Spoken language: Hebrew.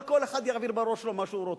אבל כל אחד יעביר בראש שלו מה שהוא רוצה,